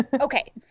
Okay